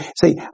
see